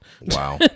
Wow